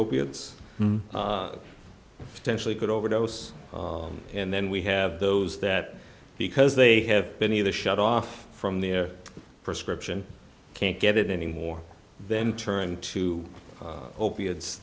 opiates potentially could overdose and then we have those that because they have been either shut off from their prescription can't get it anymore then turn to opiates